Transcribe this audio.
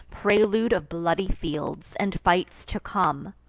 prelude of bloody fields, and fights to come!